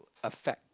affect